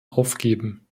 aufgeben